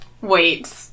Wait